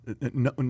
No